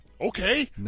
Okay